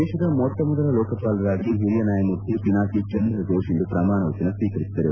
ದೇಶದ ಮೊಟ್ಟಮೊದಲ ಲೋಕಪಾಲರಾಗಿ ಹಿರಿಯ ನ್ಯಾಯಮೂರ್ತಿ ಪಿನಾಕಿ ಚಂದ್ರಘೋಷ್ ಇಂದು ಪ್ರಮಾಣವಚನ ಸ್ವೀಕರಿಸಿದರು